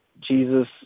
Jesus